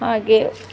ಹಾಗೆ